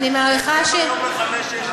היום בשעה 17:00,